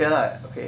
ya lah okay